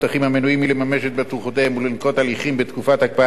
מלממש את בטוחותיהם ולנקוט הליכים בתקופת הקפאת הליכים,